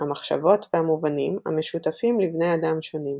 המחשבות והמובנים – המשותפים לבני אדם שונים.